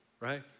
right